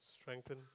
strengthen